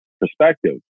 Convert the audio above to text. perspective